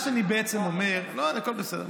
הכול בסדר.